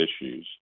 issues